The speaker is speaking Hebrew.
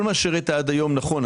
כל מה שהראית עד היום נכון,